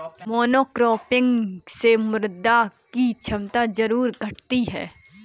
monocropping से मृदा की क्षमता जरूर घटती है